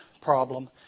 problem